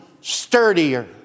sturdier